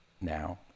now